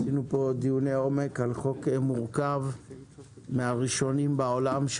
קיימנו כאן דיוני עומק על חוק מורכב מהראשונים בעולם,